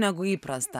negu įprasta